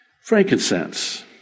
Frankincense